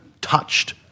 touched